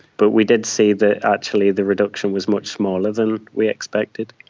but we did see that actually the reduction was much smaller than we expected.